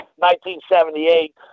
1978